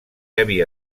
havia